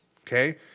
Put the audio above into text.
okay